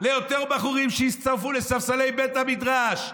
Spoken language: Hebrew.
ליותר בחורים שיצטרפו לספסלי בית המדרש,